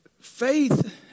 Faith